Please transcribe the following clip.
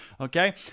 Okay